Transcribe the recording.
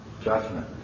judgment